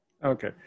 Okay